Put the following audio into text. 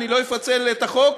אני לא אפצל את החוק,